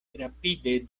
rapide